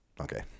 okay